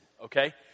okay